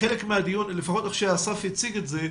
אני הבנתי לפחות מאיך שאסף הציג את זה,